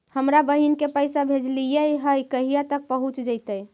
हमरा बहिन के पैसा भेजेलियै है कहिया तक पहुँच जैतै?